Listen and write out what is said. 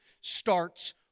starts